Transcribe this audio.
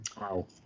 Wow